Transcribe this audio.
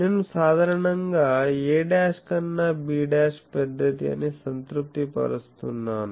నేను సాధారణంగా a' కన్నా b' పెద్దది అని సంతృప్తి పరుస్తున్నాను